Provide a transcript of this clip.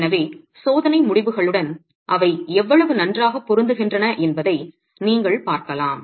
எனவே சோதனை முடிவுகளுடன் அவை எவ்வளவு நன்றாகப் பொருந்துகின்றன என்பதை நீங்கள் பார்க்கலாம்